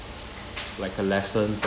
like a lesson